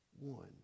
One